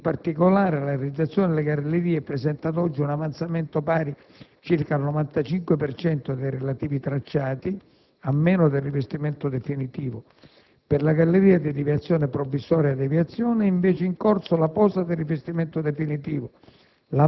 In particolare, la realizzazione delle gallerie presenta ad oggi un avanzamento pari circa al 95 per cento dei relativi tracciati a meno del rivestimento definitivo. Per la galleria di deviazione provvisoria/deviazione è invece in corso la posa del rivestimento definitivo.